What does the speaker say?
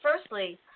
firstly